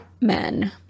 men